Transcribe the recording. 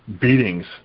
beatings